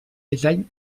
disseny